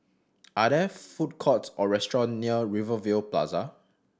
are there food courts or restaurant near Rivervale Plaza